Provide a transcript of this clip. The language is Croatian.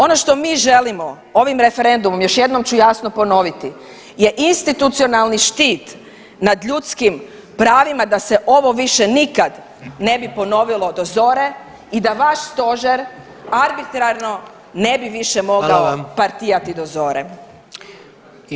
Ono što mi želimo ovim referendumom još jednom ću jasno ponoviti je institucionalni štit nad ljudskim pravima da se ovo više nikad ne bi ponovilo do zore i da vaš stožer arbitrarno ne bi više mogao [[Upadica: Hvala vam.]] partijati do zore.